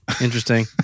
Interesting